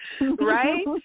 Right